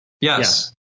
Yes